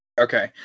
Okay